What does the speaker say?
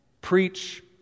Preach